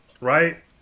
right